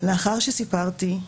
לאחר שסיפרתי,